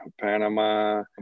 Panama